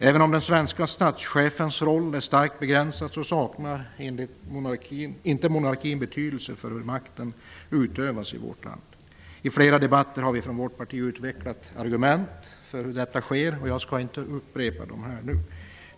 Även om den svenska statschefens roll är starkt begränsad saknar inte monarkin betydelse för hur makten utövas i vårt land. I flera debatter har vi från vårt parti utvecklat argument mot hur detta sker, och jag skall inte upprepa dem nu.